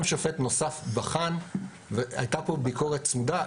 גם שופט נוסף בחן והייתה פה ביקורת צמודה,